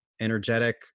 energetic